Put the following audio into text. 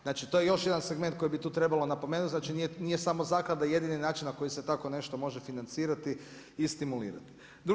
Znači, to je još jedan segment koji bi tu trebalo napomenuti, znači nije samo zaklada jedini način na koji se tako nešto može financirati i stimulirati.